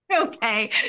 okay